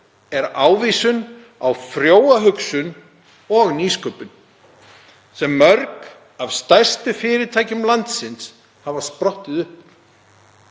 er ávísun á frjóa hugsun og nýsköpun sem mörg af stærstu fyrirtækjum landsins hafa sprottið upp